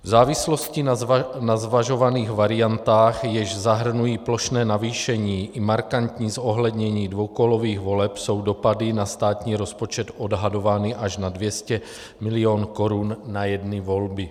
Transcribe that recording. V závislosti na zvažovaných variantách, jež zahrnují plošné navýšení i markantní zohlednění dvoukolových voleb, jsou dopady na státní rozpočet odhadovány až na 200 mil. korun na jedny volby.